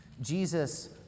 Jesus